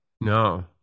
No